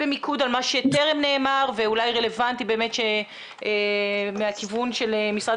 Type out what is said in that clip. מה שטרם נאמר ואולי רלוונטי מהכיוון של משרד